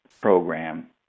program